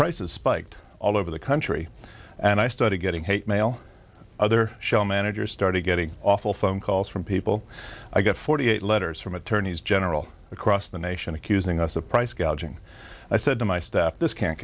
prices spiked all over the country and i started getting hate mail other show managers started getting awful phone calls from people i got forty eight letters from attorneys general across the nation accusing us of price jing i said to my staff this can't